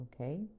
Okay